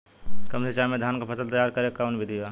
कम सिचाई में धान के फसल तैयार करे क कवन बिधि बा?